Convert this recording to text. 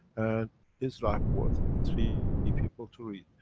and his life worth three people to read.